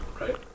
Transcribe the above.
right